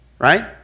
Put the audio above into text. Right